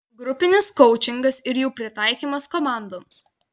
grupinis koučingas ir jų pritaikymas komandoms